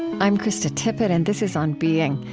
i'm krista tippett, and this is on being.